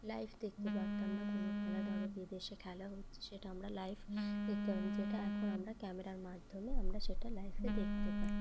live দেখতে পারতাম না কোনো খেলা ধরো বিদেশে খেলা হচ্ছে সেটা আমরা লাইভ দেখতে পেতাম না যেটা এখন আমরা ক্যামেরার মাধ্যমে আমরা সেটা লাইভে দেখতে পাই